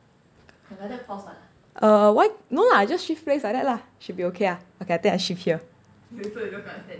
uh why no lah just shift plays like that lah should be okay ah okay I think I shift here